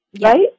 right